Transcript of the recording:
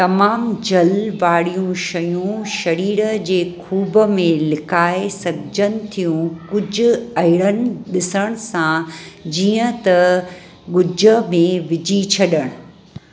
तमामु जल वारियूं शयूं शरीर जे खूब में लिकाए सघिजनि थियूं कुझु अहिड़नि ॾिसण सां जीअं त ॻुज में विझी छॾणु